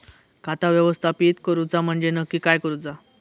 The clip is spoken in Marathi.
खाता व्यवस्थापित करूचा म्हणजे नक्की काय करूचा?